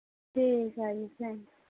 ਠੀਕ ਹੈ ਜੀ ਥੈਂਕਸ